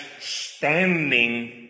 standing